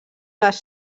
les